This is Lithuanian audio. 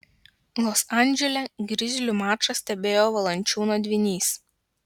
los andžele grizlių mačą stebėjo valančiūno dvynys